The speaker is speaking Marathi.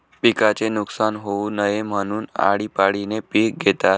पिकाचे नुकसान होऊ नये म्हणून, आळीपाळीने पिक घेतात